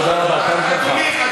תודה, אדוני.